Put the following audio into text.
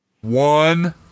One